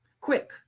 quick